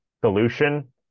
solution